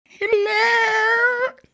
Hello